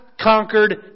conquered